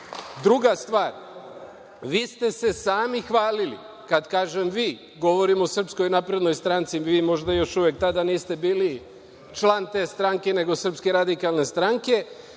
toga? Drugo, vi ste se sami hvalili, kad kažem vi, govorim o Srpskoj naprednoj stranci, vi možda još uvek tada niste bili član te stranke nego Srpske radikalne stranke,